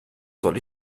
soll